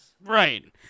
Right